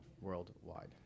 worldwide